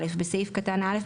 בסעיף קטן )א(,